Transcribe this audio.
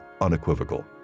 unequivocal